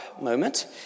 moment